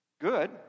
good